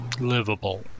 livable